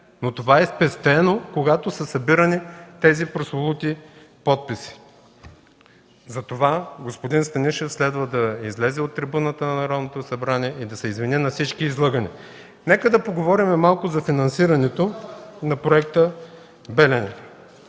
Но това е спестено, когато са събирани тези прословути подписи. Затова господин Станишев следва да излезе и от трибуната на Народното събрание да се извини на всички излъгани. Нека да поговорим малко за финансирането на проекта „Белене”,